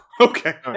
Okay